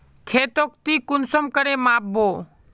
खेतोक ती कुंसम करे माप बो?